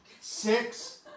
Six